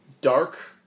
dark